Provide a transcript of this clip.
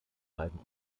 beiden